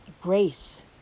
grace